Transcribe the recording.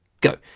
go